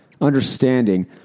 understanding